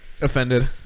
Offended